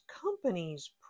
companies